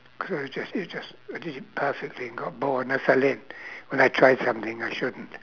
cause you just you just what is it perfectly got bored and I fell in when I tried something I shouldn't